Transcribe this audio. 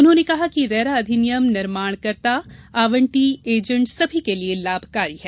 उन्होंने कहा कि रेरा अधिनियम निर्माणकर्ता आवंटी एजेन्ट सभी के लिये लाभकारी है